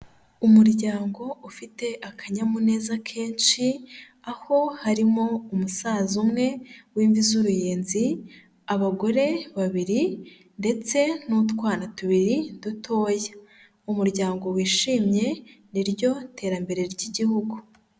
Umuryango ufite akanyamuneza kenshi, aho harimo umusaza umwe w'imvi z'uruyenzi, abagore babiri ndetse n'utwana tubiri dutoya, umuryango wishimye ni ryo terambere ry'igihugu.